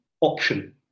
option